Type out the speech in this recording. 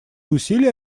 усилия